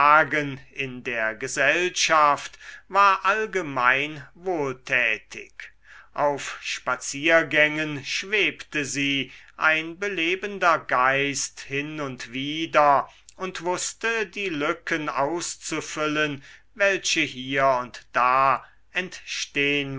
in der gesellschaft war allgemein wohltätig auf spaziergängen schwebte sie ein belebender geist hin und wider und wußte die lücken auszufüllen welche hier und da entstehn